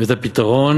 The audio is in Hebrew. ואת הפתרון